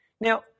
Now